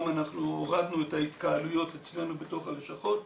גם אנחנו הורדנו את ההתקהלויות אצלנו בתוך הלשכות,